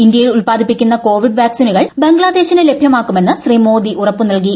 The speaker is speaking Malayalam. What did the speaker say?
ഇന്ത്യയിൽ ഉൽപാദിപ്പിക്കുന്ന കോവിഡ് വാക്സിനുകൾ ബംഗ്ലാദേശിന് ലഭ്യമാക്കുമെന്ന് ശ്രീ മോദി ഉറപ്പ് നൽകി